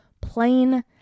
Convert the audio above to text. plain